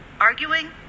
arguing